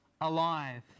alive